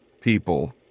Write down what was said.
people